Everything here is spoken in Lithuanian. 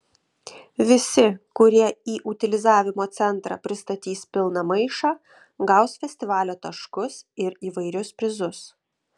visi kurie į utilizavimo centrą pristatys pilną maišą gaus festivalio taškus ir įvairius prizus